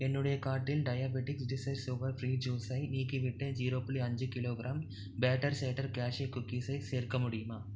என்னுடைய கார்ட்டில் diabetics desire sugar free ஜுஸை நீக்கிவிட்டு ஜீரோ புள்ளி அஞ்சு கிலோ கிராம் பேட்டர் சேட்டர் கேஷ்யூ குக்கீஸை சேர்க்க முடியுமா